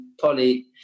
Polly